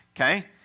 okay